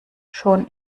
schon